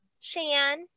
Shan